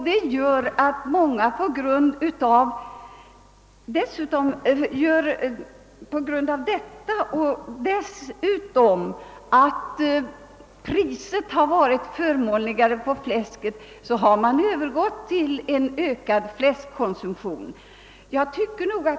På grund härav och på grund av att priset på fläsk varit förmånligare har man övergått till en ökad fläskkonsumtion.